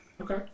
okay